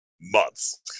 months